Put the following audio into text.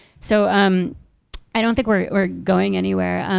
so um i don't think we're going anywhere.